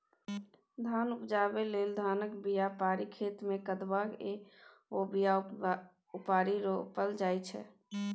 धान उपजाबै लेल धानक बीया पारि खेतमे कदबा कए ओ बीया उपारि रोपल जाइ छै